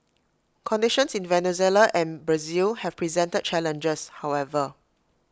conditions in Venezuela and Brazil have presented challenges however